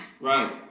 Right